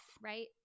right